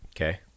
Okay